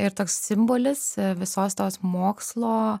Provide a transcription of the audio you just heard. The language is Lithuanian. ir toks simbolis visos tos mokslo